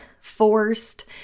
forced